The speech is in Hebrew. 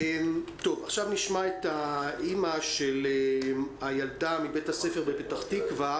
עכשיו נשמע את האימא של הילדה מבית הספר בפתח תקווה.